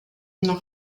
noch